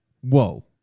Whoa